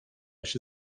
się